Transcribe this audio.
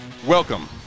Welcome